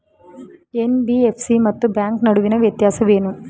NBFC ಮತ್ತು bank ನಡುವಿನ ವ್ಯತ್ಯಾಸವೇನು?